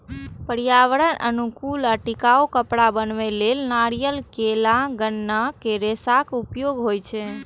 पर्यावरण अनुकूल आ टिकाउ कपड़ा बनबै लेल नारियल, केला, गन्ना के रेशाक उपयोग होइ छै